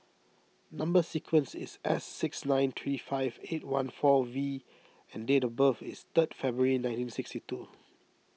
Number Sequence is S six nine three five eight one four V and date of birth is third February nineteen sixty two